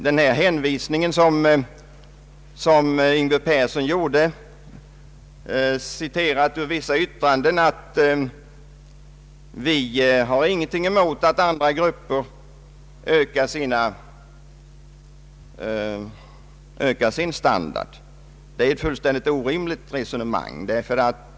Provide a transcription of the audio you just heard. Herr Yngve Persson citerade vissa yttranden som gick ut på att ”vi har ingenting emot att andra grupper ökar sin standard”. Det är ett orimligt och till intet förpliktande resonemang.